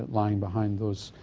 lying behind those